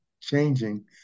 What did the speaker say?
changing